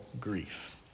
grief